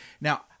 now